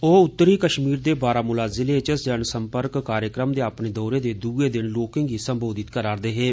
ओ उत्तरी कश्मीर दे बारामूला जिलें च जन सम्पर्क कार्यक्रम दे अपने दौरे दे दूएं दिन लोकें गी सम्बोधत करा रदे हे